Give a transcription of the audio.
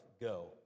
go